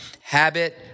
Habit